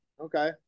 Okay